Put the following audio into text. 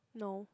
no